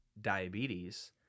diabetes